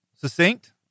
succinct